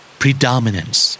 predominance